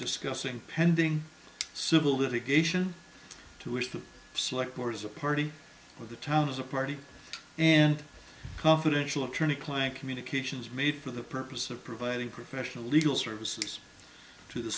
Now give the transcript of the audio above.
discussing pending civil litigation to which the select board is a party with the town as a party and confidential attorney client communications made for the purpose of providing professional legal services to the